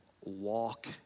walk